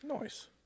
Nice